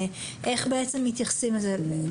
איך מתייחסים לזה.